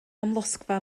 amlosgfa